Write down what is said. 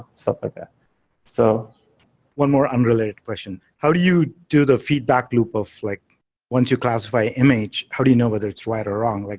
stuff like that so one more unrelated question. how do you do the feedback loop of like once you classify image, how do you know whether it's right or wrong? like